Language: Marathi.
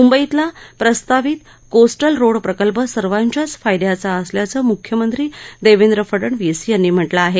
मुंबईतला प्रस्तावित कोस्टल रोड प्रकल्प सर्वांच्याच फायद्याचा असल्याचं मुख्यमंत्री देवेंद्र फडणवीस यांनी म्हटलं आहे